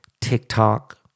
TikTok